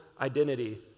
identity